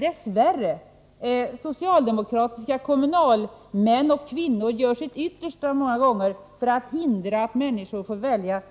Dess värre gör socialdemokratiska kommunalmän och kvinnor många gånger sitt yttersta för att hindra att människor får välja